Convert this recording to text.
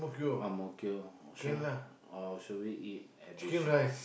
Ang-Mo-Kio or should I or should we eat at Bishan